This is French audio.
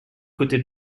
côté